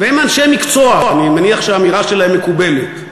והם אנשי מקצוע, אני מניח שהאמירה שלהם מקובלת.